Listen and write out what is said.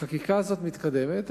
החקיקה הזאת מתקדמת.